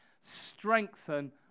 strengthen